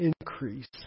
increase